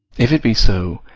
if it be so,